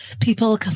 people